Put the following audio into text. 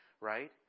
right